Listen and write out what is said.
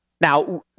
Now